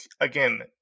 again